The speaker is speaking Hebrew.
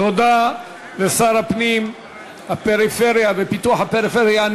תודה לשר הפנים ולפיתוח הפריפריה,